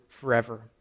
forever